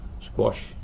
squash